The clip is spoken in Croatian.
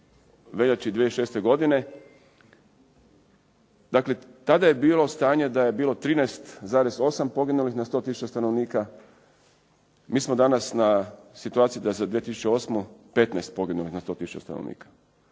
veljači 2006. godine. Dakle, tada je bilo stanje da je bilo 13,8 poginulih na 100 tisuća stanovnika. Mi smo danas u situaciji da je za 2008. 15 poginulih na 100 tisuća stanovnika.